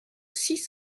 six